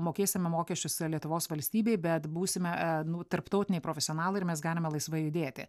mokėsime mokesčius lietuvos valstybei bet būsime nu tarptautiniai profesionalai ir mes galime laisvai judėti